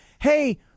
hey